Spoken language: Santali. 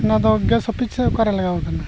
ᱚᱱᱟᱫᱚ ᱜᱮᱥ ᱚᱯᱷᱤᱥ ᱥᱮ ᱚᱠᱟᱨᱮ ᱞᱟᱜᱟᱣ ᱟᱠᱟᱱᱟ